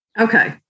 Okay